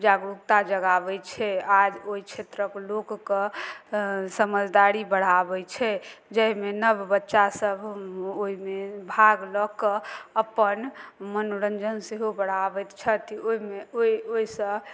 जागरूकता जगाबय छै आज ओइ क्षेत्रक लोकके समझदारी बढ़ाबय छै जहिमे नव बच्चा सब ओइमे भाग लए कऽ अपन मनोरञ्जन सेहो बढ़ाबैत छथि ओइमे ओइसँ